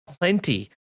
Plenty